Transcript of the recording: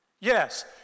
Yes